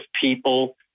people